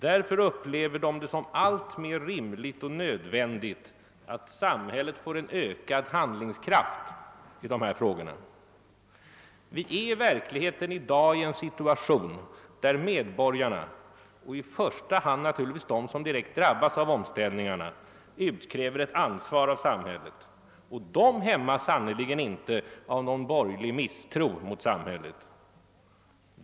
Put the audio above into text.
Därför upplever allt fler det som rimligt och nödvändigt att samhället får en ökad handlingskraft i dessa frågor. Vi är i verkligheten i dag i en situation där medborgarna — i första hand naturligtvis de som direkt träffas av omställningarna — utkräver ett ansvar av samhället, och de hämmas sannerligen inte av någon borgerlig misstro mot samhället.